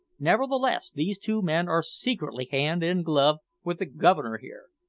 nevertheless these two men are secretly hand and glove with the governor here,